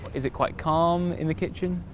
is it quite calm in the kitchen?